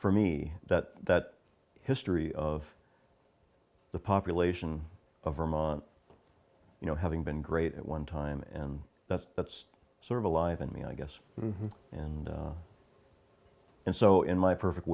for me that that history of the population of vermont you know having been great at one time and that's that's sort of alive in me i guess and and so in my perfect